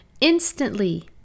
instantly